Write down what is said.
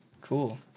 cool